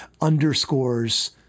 underscores